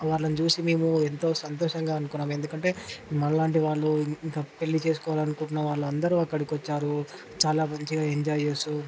వాళ్ళను చూసి మేము ఎంతో సంతోషంగా అనుకున్నాము ఎందుకంటే మాలాంటి వాళ్ళు ఇంకా పెళ్లి చేసుకోవాలనుకుంటున్న వాళ్ళు అందరూ అక్కడికి వచ్చారు చాలా మంచిగా ఎంజాయ్ చేస్తు